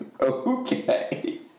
Okay